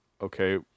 okay